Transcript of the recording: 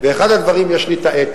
ואחד הדברים, יש לי את העת.